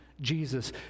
Jesus